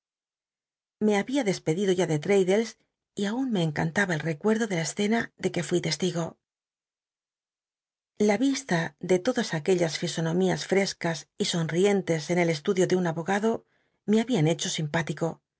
lie babia despedido ya de l'mddles y aun me encantaba el recuerdo de la escena de que uí testigo la vista de lodas aquellas llsonomías frescas y sonrientes en el estudio de un abogado me babian hecho si